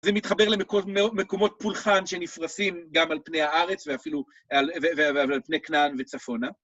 זה מתחבר למקומות פולחן שנפרסים גם על פני הארץ ואפילו על פני כנען וצפונה.